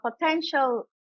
potential